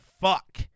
fuck